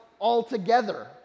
altogether